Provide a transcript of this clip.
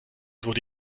wurde